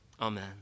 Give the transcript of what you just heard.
Amen